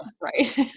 right